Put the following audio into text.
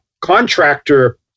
contractor